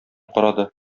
карады